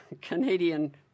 Canadian